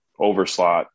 overslot